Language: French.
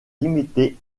limiter